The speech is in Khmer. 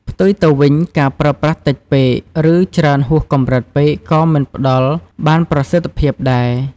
ផ្ទុយទៅវិញ ការប្រើប្រាស់តិចពេក ឬច្រើនហួសកម្រិតពេកក៏មិនផ្ដល់បានប្រសិទ្ធភាពដែរ។